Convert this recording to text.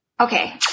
Okay